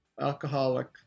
alcoholic